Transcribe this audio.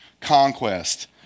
conquest